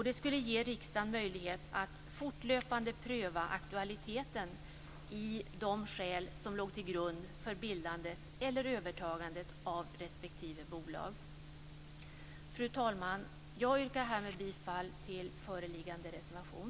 Det skulle ge riksdagen möjlighet att fortlöpande pröva aktualiteten i de skäl som låg till grund för bildandet eller övertagandet av respektive bolag. Fru talman! Jag yrkar härmed bifall till föreliggande reservation.